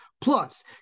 Plus